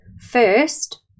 first